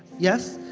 yes?